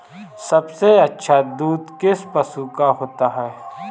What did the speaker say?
सबसे अच्छा दूध किस पशु का होता है?